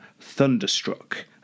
thunderstruck